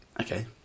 Okay